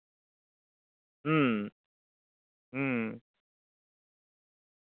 ᱦᱩᱸ ᱦᱩᱸ